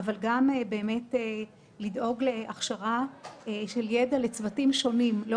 אבל גם לדאוג להכשרה וידע לצוותים שונים: לא